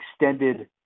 extended